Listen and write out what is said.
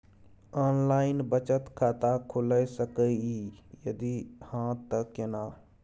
Online बचत खाता खुलै सकै इ, यदि हाँ त केना?